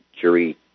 jury